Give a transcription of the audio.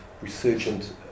resurgent